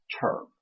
term